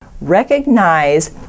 recognize